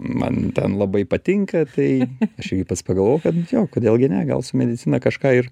man ten labai patinka tai aš irgi pats pagalvojau kad jo kodėl gi ne gal su medicina kažką ir